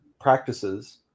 practices